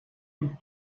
und